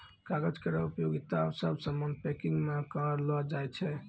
कागज केरो उपयोगिता सब सामान पैकिंग म करलो जाय छै